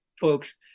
folks